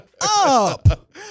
up